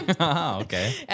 okay